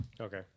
Okay